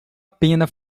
pena